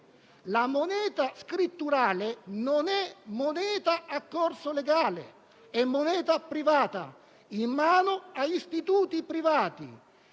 La moneta scritturale non è moneta a corso legale, è moneta privata in mano a istituti privati,